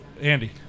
Andy